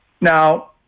Now